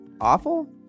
awful